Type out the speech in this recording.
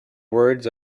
words